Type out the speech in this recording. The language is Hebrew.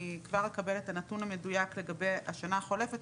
אני כבר אקבל את הנתון המדויק לגבי השנה החולפת,